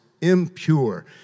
impure